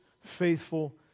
faithful